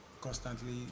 constantly